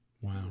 Wow